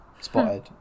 spotted